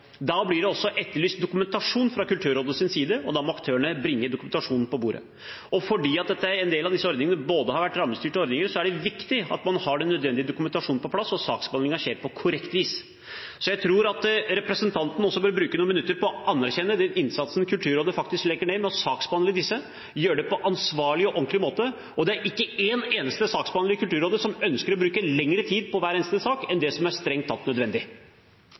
Da blir det også etterlyst dokumentasjon fra Kulturrådets side, og da må aktørene bringe dokumentasjonen på bordet. Fordi en del av disse ordningene har vært rammestyrte ordninger, er det viktig at man har den nødvendige dokumentasjonen på plass, og at saksbehandlingen skjer på korrekt vis. Så jeg tror representanten også bør bruke noen minutter på å anerkjenne den innsatsen Kulturrådet faktisk legger ned for å saksbehandle disse sakene og gjøre det på en ansvarlig og ordentlig måte. Det er ikke en eneste saksbehandler i Kulturrådet som ønsker å bruke lengre tid på hver eneste sak enn det som er strengt tatt nødvendig.